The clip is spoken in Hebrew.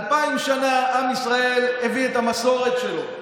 אלפיים שנה עם ישראל הביא את המסורת שלו,